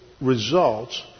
results